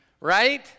right